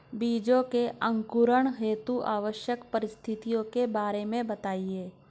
बीजों के अंकुरण हेतु आवश्यक परिस्थितियों के बारे में बताइए